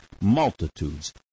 multitudes